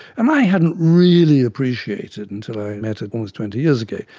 and i hadn't really appreciated until i met her almost twenty years ago,